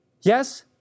Yes